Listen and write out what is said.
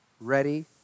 ready